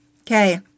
okay